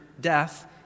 death